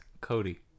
Cody